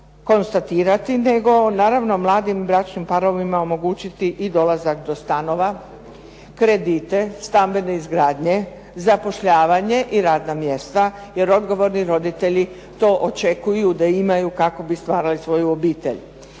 nego naravno mladim bračnim parovima omogućiti i dolazak do stanova, kredite stambene izgradnje, zapošljavanje i radna mjesta, jer odgovorni roditelji to očekuju da imaju kako bi stvarali svoju obitelj.